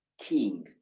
king